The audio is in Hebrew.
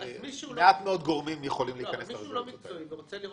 מעט מאוד גורמים יכולים להיכנס לרזולוציות האלה.